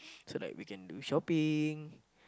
so like we can do shopping